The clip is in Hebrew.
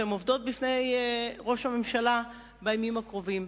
והן עומדות בפני ראש הממשלה בימים הקרובים: